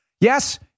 Yes